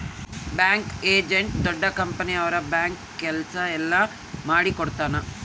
bank agent ದೊಡ್ಡ company ಅವ್ರ bank ಕೆಲ್ಸ ಎಲ್ಲ ಮಾಡಿಕೊಡ್ತನ